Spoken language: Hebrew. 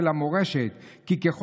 ואין לכם סיכוי,